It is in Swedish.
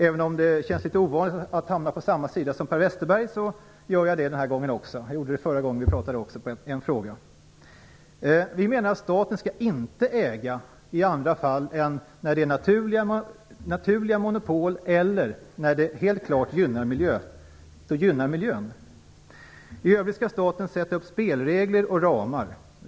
Även om det känns litet ovanligt att hamna på samma sida som Per Westerberg, gör jag det den här gången också. Jag gjorde det också i en fråga förra gången vi debatterade. Vi menar att staten inte skall äga i andra fall än när det gäller naturliga monopol eller när det helt klart gynnar miljön. I övrigt skall staten sätta upp spelregler och ramar.